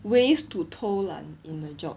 ways to 偷懒 in a job